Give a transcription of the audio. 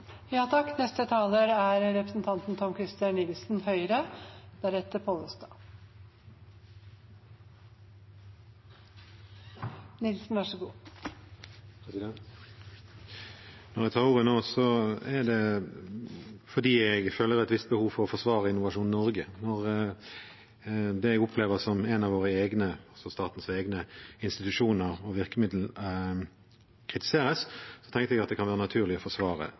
Når jeg tar ordet nå, er det fordi jeg føler et visst behov for å forsvare Innovasjon Norge. Når det jeg opplever som en av våre egne, altså statens egne, institusjoner og virkemidler kritiseres, tenker jeg at det kan være naturlig å forsvare